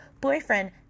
boyfriend